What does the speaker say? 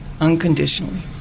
unconditionally